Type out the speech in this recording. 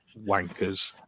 wankers